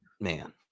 man